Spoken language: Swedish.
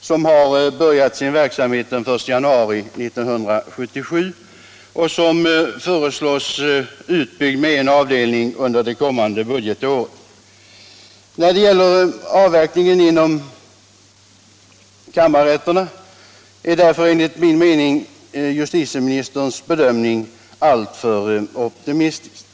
som har börjat sin verksamhet den I januari 1977 och som föreslås utbyggd med en avdelning under det kommande budgetåret. När det gäller avverkningen inom kammarrätterna är därför enligt min uppfattning justitieministerns bedömning alltför optimistisk.